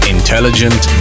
Intelligent